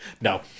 No